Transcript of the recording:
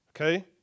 okay